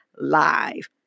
live